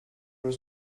was